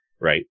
right